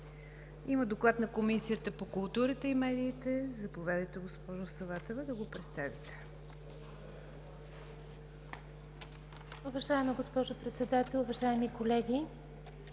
Има Доклад на Комисията по културата и медиите. Заповядайте, госпожо Саватева, да го представите.